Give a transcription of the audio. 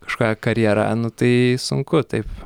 kažkokia karjera nu tai sunku taip